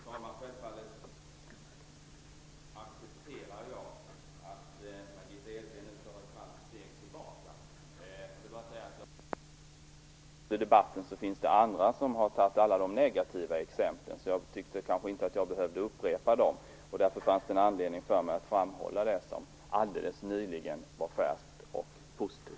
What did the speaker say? Fru talman! Självfallet accepterar jag att Margitta Edgren nu tar ett halvt steg tillbaka. Jag konstaterade bara att andra talare tidigare i debatten har tagit upp alla de negativa exemplen, och jag tyckte därför att jag inte behövde upprepa dem. Det fanns då anledning för mig att framhålla det som alldeles nyligen var färskt och positivt.